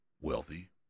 Wealthy